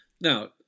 Now